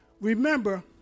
Remember